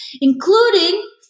including